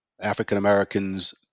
African-Americans